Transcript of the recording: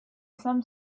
some